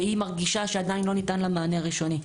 שהיא מרגישה שעדיין לא ניתן לה מענה ראשוני.